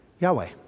Yahweh